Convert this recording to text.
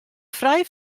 frij